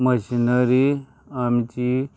machinery आमची